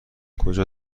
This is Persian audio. کجا